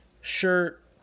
shirt